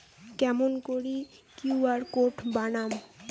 কেমন করি QR code বানাম?